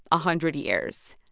a hundred years.